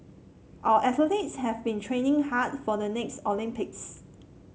our athletes have been training hard for the next Olympics